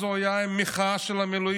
אז הוא היה עם המחאה של המילואימניקים.